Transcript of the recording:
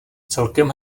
celkem